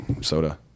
soda